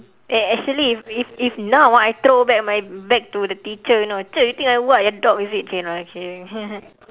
eh actually if if if now I throw back my bag to the teacher know cher you think I what your dog is it !chey! no lah kidding